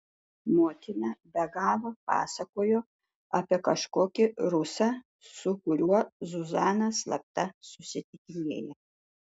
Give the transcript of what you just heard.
motina be galo pasakojo apie kažkokį rusą su kuriuo zuzana slapta susitikinėja